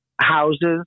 houses